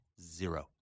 Zero